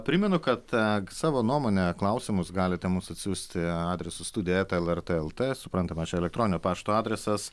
primenu kad a savo nuomonę klausimus galite mums atsiųsti adresu studija eta lrt lt suprantama čia elektroninio pašto adresas